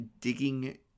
digging